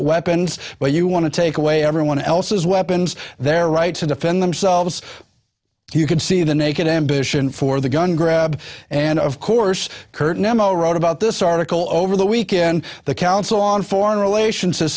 weapons but you want to take away everyone else's weapons their right to defend themselves you can see the naked ambition for the gun grab and of course curtain m o wrote about this article over the weekend the council on foreign relations